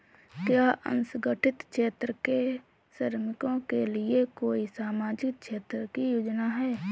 क्या असंगठित क्षेत्र के श्रमिकों के लिए कोई सामाजिक क्षेत्र की योजना है?